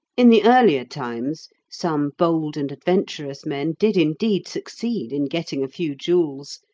in the earlier times some bold and adventurous men did indeed succeed in getting a few jewels,